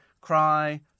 cry